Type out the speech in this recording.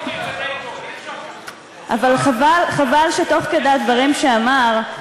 אבל חבל שתוך כדי הדברים שאמר,